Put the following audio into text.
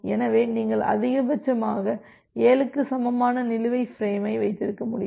எனவே நீங்கள் அதிகபட்சமாக 7க்கு சமமான நிலுவை ஃபிரேமை வைத்திருக்க முடியும்